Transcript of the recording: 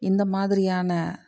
இந்த மாதிரியான